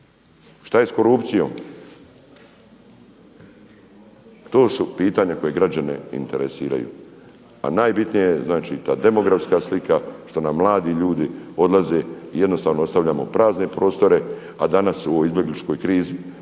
Šta je sa korupcijom? To su pitanja koja građane interesiraju, a najbitnije je znači ta demografska slika što nam mladi ljudi odlaze i jednostavno ostavljamo prazne prostore, a danas u ovoj izbjegličkoj krizi,